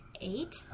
eight